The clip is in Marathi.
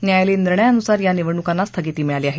न्यायालयीन निर्णयानुसार ह्या निवडणुकांना स्थगिती मिळाली आहे